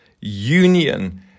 union